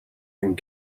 and